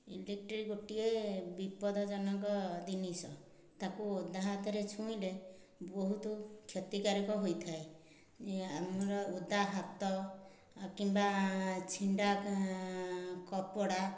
electric ଗୋଟିଏ ବିପଦଜନକ ଜିନିଷ ତାକୁ ଓଦା ହାତରେ ଛୁଇଁଲେ ବହୁତ କ୍ଷତିକାରକ ହୋଇଥାଏ ଆମର ଓଦା ହାତ ଆଉ କିମ୍ବା ଛିଣ୍ଡା କପଡ଼ା